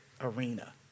arena